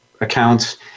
accounts